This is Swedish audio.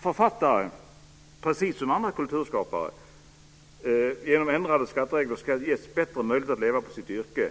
Författare ska, precis som andra kulturskapare, genom ändrade skatteregler ges bättre möjligheter att leva på sitt yrke.